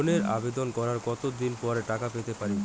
লোনের আবেদন করার কত দিন পরে টাকা পেতে পারি?